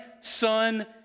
son